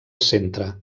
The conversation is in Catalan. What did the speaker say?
centre